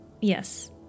Yes